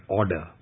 order